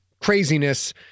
craziness